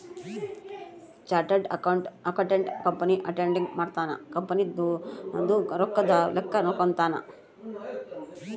chartered accountant company auditing ಮಾಡ್ತನ company ದು ರೊಕ್ಕದ ಲೆಕ್ಕ ನೋಡ್ಕೊತಾನ